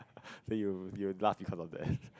then you you laugh because of that